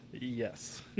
Yes